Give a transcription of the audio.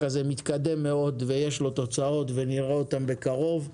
הזה מתקדם מאוד ויש לו תוצאות ונראה אותן בקרוב.